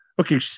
Okay